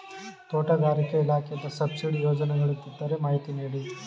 ತೋಟಗಾರಿಕೆ ಇಲಾಖೆಯಿಂದ ಸಬ್ಸಿಡಿ ಯೋಜನೆಗಳಿದ್ದರೆ ಮಾಹಿತಿ ನೀಡಿ?